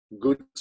Good